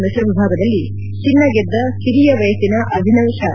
ಮಿಶ್ರ ವಿಭಾಗದಲ್ಲಿ ಚಿನ್ನ ಗೆದ್ದ ಕಿರಿಯ ವಯಸ್ಸಿನ ಅಭಿನವ್ ಶಾ